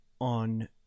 on